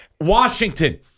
Washington